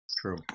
true